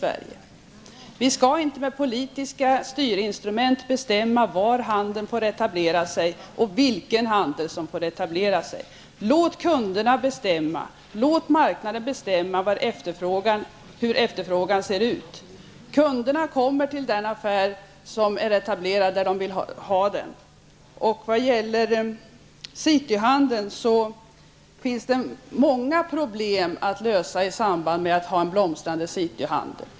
Vi skall inte med politiska styrinstrument bestämma var handeln får etablera sig och vilken handel som får etablera sig. Låt kunderna bestämma, låt marknaden bestämma hur efterfrågan ser ut! Kunderna kommer till den affär som är etablerad där de vill ha den. Det finns många problem att lösa för att man skall få en blomstrande cityhandel.